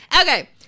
Okay